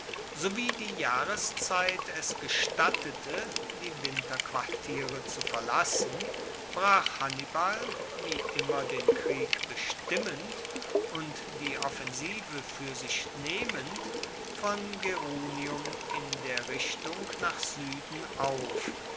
sowie die jahreszeit es gestattete die winterquartiere zu verlassen brach hannibal wie immer den krieg bestimmend und die offensive fuer sich nehmend von gerunium in der richtung nach sueden auf